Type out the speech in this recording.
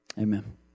amen